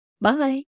Bye